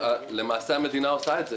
למעשה המדינה עושה את זה.